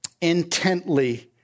Intently